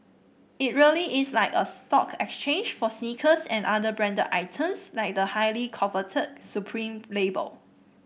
it really is like a stock exchange for sneakers and other branded items like the highly coveted Supreme label